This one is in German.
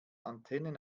antennen